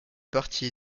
partie